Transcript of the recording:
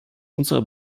unserer